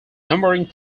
numbering